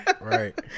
right